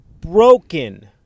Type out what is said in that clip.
broken